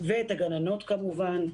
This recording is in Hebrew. ואת הגננות כמובן.